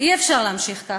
אי-אפשר להמשיך ככה.